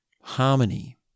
harmony